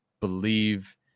believe